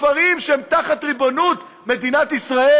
בכפרים שהם תחת ריבונות מדינת ישראל.